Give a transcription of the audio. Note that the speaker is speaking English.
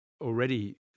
Already